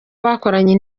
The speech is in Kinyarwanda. bakoranye